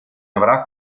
avrà